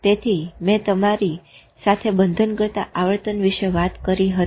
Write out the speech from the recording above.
તેથી મેં તમારી સાથે બંધનકર્તા આવર્તન વિશે વાત કરી હતી